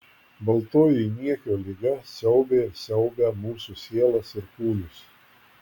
baltoji niekio liga siaubė ir siaubia mūsų sielas ir kūnus